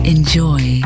Enjoy